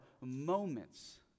moments